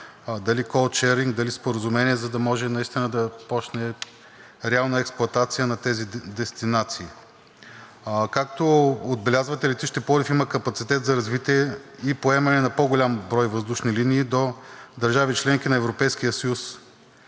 дали коучинг, дали споразумения, за да може наистина да започне реална експлоатация на тези дестинации. Както отбелязвате, летище Пловдив има капацитет за развитие и поемане на по-голям брой въздушни линии до държави – членки на Европейския съюз.